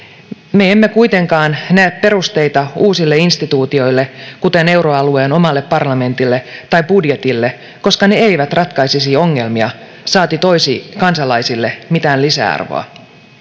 me emme kuitenkaan näe perusteita uusille instituutioille kuten euroalueen omalle parlamentille tai budjetille koska ne eivät ratkaisisi ongelmia saati toisi kansalaisille mitään lisäarvoa